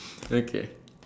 okay